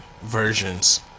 versions